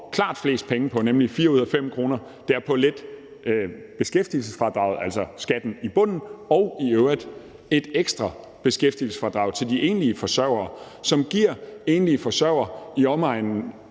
klart flest penge på, nemlig 4 ud af 5 kr., er på at lette beskæftigelsesfradraget, altså skatten i bunden, og i øvrigt på et ekstra beskæftigelsesfradrag til de enlige forsørgere, som giver enlige forsørgere på den